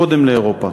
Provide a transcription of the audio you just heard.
קודם לאירופה.